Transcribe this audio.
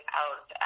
out